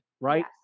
right